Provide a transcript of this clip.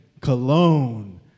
cologne